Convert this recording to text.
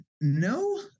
no